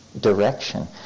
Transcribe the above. direction